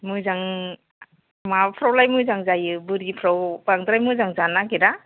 मोजां माबाफ्रावलाय मोजां जायो बोरिफ्राव बांद्राय मोजां जानो नागिरा